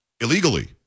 illegally